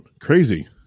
Crazy